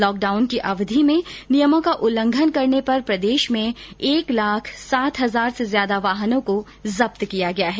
lockdown की अवधि में नियमों का उल्लंघन करने पर प्रदेश में एक लाख सात हजार से ज्यादा वाहनों को जब्त किया गया है